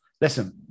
Listen